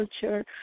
culture